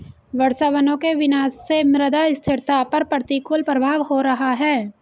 वर्षावनों के विनाश से मृदा स्थिरता पर प्रतिकूल प्रभाव हो रहा है